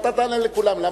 ואתה תענה לכולם.